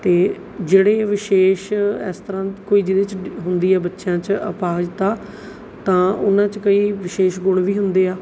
ਅਤੇ ਜਿਹੜੇ ਵਿਸ਼ੇਸ਼ ਇਸ ਤਰ੍ਹਾਂ ਕੋਈ ਜਿਹਦੇ 'ਚ ਹੁੰਦੀ ਹੈ ਬੱਚਿਆਂ 'ਚ ਅਪਾਹਜਤਾ ਤਾਂ ਉਹਨਾਂ 'ਚ ਕਈ ਵਿਸ਼ੇਸ਼ ਗੁਣ ਵੀ ਹੁੰਦੇ ਆ